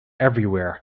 everywhere